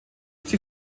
sie